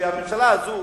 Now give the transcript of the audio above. שהממשלה הזאת